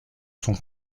son